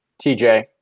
TJ